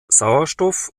sauerstoff